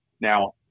now